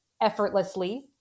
effortlessly